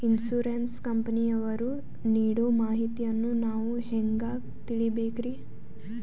Insurance ಕಂಪನಿಯವರು ನೀಡೋ ಮಾಹಿತಿಯನ್ನು ನಾವು ಹೆಂಗಾ ತಿಳಿಬೇಕ್ರಿ?